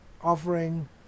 offering